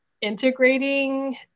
integrating